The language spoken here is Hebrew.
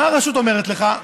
מה הרשות אומרת לך?